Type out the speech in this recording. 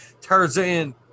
Tarzan